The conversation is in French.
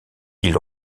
ils